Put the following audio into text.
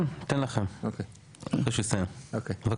כן ניתן לכם אחרי שהוא יסיים בבקשה.